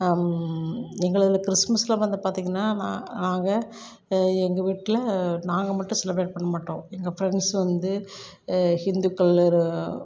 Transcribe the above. எங்களோட கிறிஸ்மஸில் வந்து பார்த்திங்கன்னா நா நாங்கள் எங்கள் வீட்டில் நாங்கள் மட்டும் செலிப்ரேட் பண்ண மாட்டோம் எங்கள் ஃப்ரெண்ட்ஸ் வந்து ஹிந்துக்கள் இரு